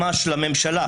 אני אעשה מה שאני רוצה".